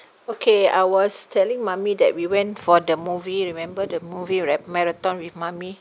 okay I was telling mummy that we went for the movie remember the movie r~ marathon with mummy